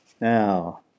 Now